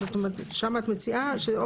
זאת אומרת שם את מציעה.